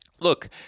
Look